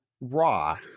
raw